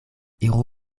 iru